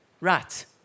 Right